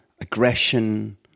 aggression